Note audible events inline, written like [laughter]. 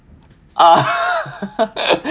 ah [laughs]